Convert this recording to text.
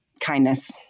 kindness